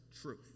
truth